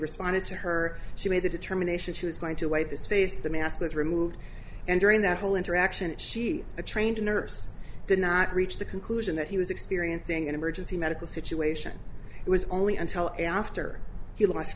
responded to her she made the determination she was going to wipe his face the mask was removed and during that whole interaction she a trained nurse did not reach the conclusion that he was experiencing an emergency medical situation it was only until after he l